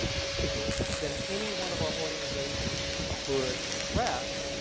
is bigger than any one of our organizations could address,